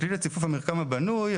ככלי לציפוף המרקם הבנוי,